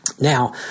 Now